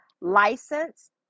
license